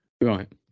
Right